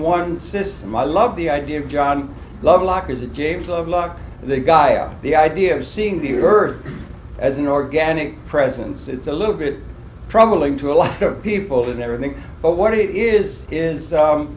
one system i love the idea of john lovelock as a james lovelock the guy on the idea of seeing the earth as an organic presence it's a little bit troubling to a lot of people with everything but what it is is